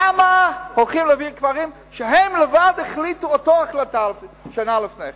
למה הולכים להעביר קברים כשהם החליטו אותה החלטה שנה לפני כן.